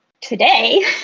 today